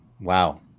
wow